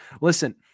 Listen